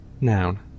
Noun